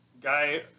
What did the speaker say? guy